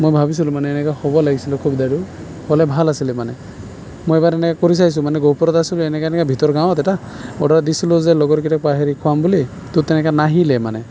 মই ভাবিছিলোঁ মানে এনেকে হ'ব লাগিছিলঁ সুবিধাটো হ'লে ভাল আছিলে মানে মই এবাৰ এনেকে কৰি চাইছোঁ মানে গহপুৰত আছিলোঁ এনেকে এনেকে ভিতৰ গাঁৱত এটা অৰ্ডাৰ দিছিলোঁ যে লগৰকেইটা হেৰি খুৱাম বুলি তো তেনেকে নাহিলে মানে